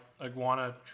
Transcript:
iguana